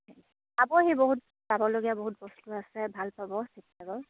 চাবহি বহুত চাবলগীয়া বহুত বস্তু আছে ভাল পাব শিৱসাগৰ